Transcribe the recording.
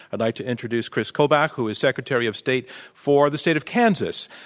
i'd like to introduce kris kobach, who is secretary of state for the state of kansas,